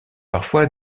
parfois